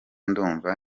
ndumva